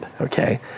Okay